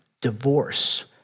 divorce